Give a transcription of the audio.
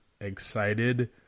excited